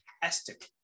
fantastic